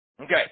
Okay